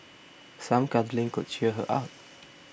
some cuddling could cheer her up